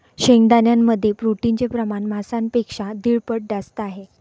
शेंगदाण्यांमध्ये प्रोटीनचे प्रमाण मांसापेक्षा दीड पट जास्त आहे